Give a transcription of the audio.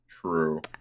True